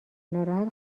ناراحت